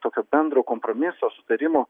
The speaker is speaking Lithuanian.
tokio bendro kompromiso sutarimo